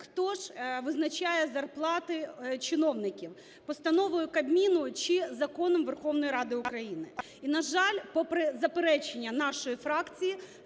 хто ж визначає зарплати чиновників – постановою Кабміну чи законом Верховної Ради України. І, на жаль, попри заперечення нашої фракції,